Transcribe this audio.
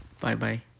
Bye-bye